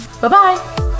Bye-bye